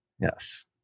Yes